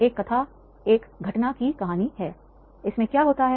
एक कथा एक घटना की कहानी है इसमें क्या होता है